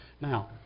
Now